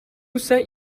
sent